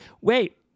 Wait